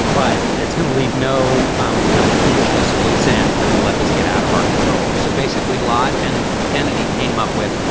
but that's going to leave no um kind of foolishness and loose ends that will let this get out of our control. so basically lott and kennedy came up with.